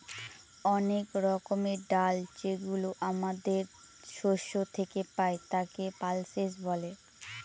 অনেক রকমের ডাল যেগুলো আমাদের শস্য থেকে পাই, তাকে পালসেস বলে